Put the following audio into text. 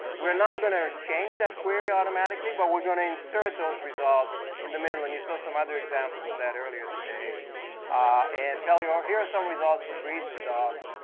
we're not going to change that query automatically, but we're going to insert those results in the middle and you saw some other examples of that earlier today and tell you, here are some results for breeds of dogs,